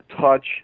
touch